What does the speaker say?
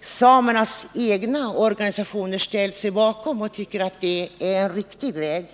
Samernas egna organisationer har också ställt sig bakom detta förslag och tycker att det är en riktig väg.